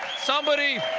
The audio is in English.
somebody!